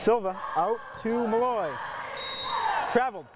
silver moon travelled